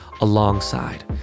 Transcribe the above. alongside